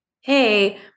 hey